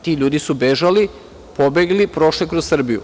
Ti ljudi su bežali, pobegli, prošli kroz Srbiju.